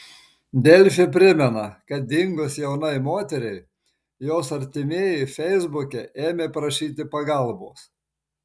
delfi primena kad dingus jaunai moteriai jos artimieji feisbuke ėmė prašyti pagalbos